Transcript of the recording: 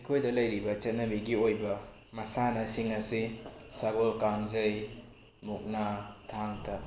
ꯑꯩꯈꯣꯏꯗ ꯂꯩꯔꯤꯕ ꯆꯠꯅꯕꯤꯒꯤ ꯑꯣꯏꯕ ꯃꯁꯥꯟꯅꯁꯤꯡ ꯑꯁꯤ ꯁꯒꯣꯜ ꯀꯥꯡꯖꯩ ꯃꯨꯛꯅꯥ ꯊꯥꯡ ꯇꯥ